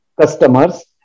customers